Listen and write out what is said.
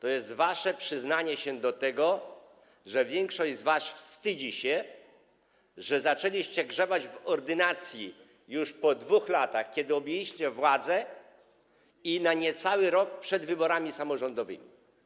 To jest wasze przyznanie się do tego, że większość z was wstydzi się, że zaczęliście grzebać w ordynacji już po 2 latach, odkąd objęliście władzę, i na niecały rok przed wyborami samorządowymi.